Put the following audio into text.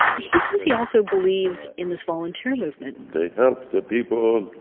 he says he also believes in this volunteer movement they help the people.